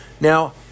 Now